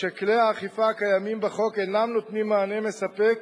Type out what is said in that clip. שכלי האכיפה הקיימים בחוק אינם נותנים מענה מספק